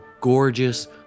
gorgeous